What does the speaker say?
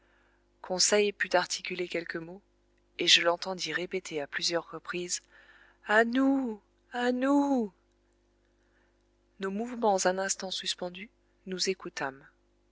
conseil put articuler quelques mots et je l'entendis répéter à plusieurs reprises a nous à nous nos mouvements un instant suspendus nous